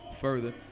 further